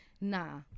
nah